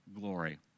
glory